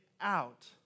out